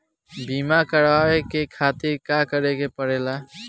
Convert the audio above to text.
बीमा करेवाए के खातिर का करे के पड़ेला?